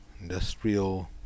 Industrial